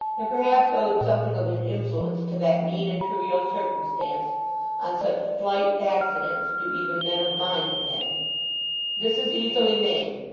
and perhaps owed something of his influence to that mean and trivial circumstance on such slight accidents do even men of mind depend this is easily made.